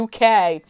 UK